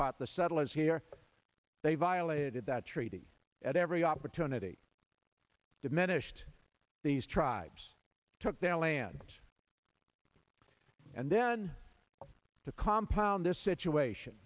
pot the settlers here they violated that treaty at every opportunity diminished these tribes took their lands and then to compound this situation